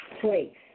place